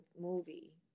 movie